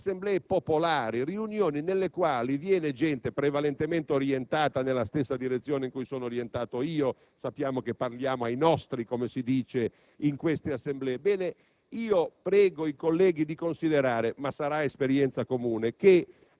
giorni forse un centinaio di assemblee sulla legge finanziaria, assemblee popolari, riunioni nelle quali viene gente prevalentemente orientata nella stessa direzione in cui sono orientato io (sappiamo che parliamo ai nostri, come si dice, in queste assemblee);